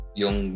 yung